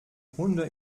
hunde